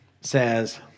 Says